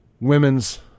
women's